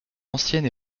ancienne